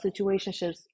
situationships